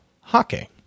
hockey